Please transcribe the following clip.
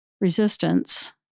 resistance